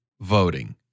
voting